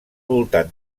voltant